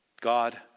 God